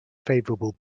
favourable